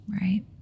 Right